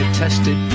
tested